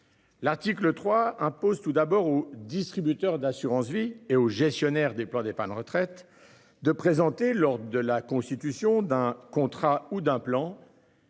L'article 3 imposent tout d'abord au distributeur d'assurance-vie et aux gestionnaires des plans d'épargne retraite de présenter lors de la constitution d'un contrat ou d'un plan.